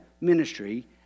ministry